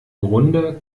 grunde